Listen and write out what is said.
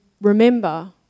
remember